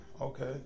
okay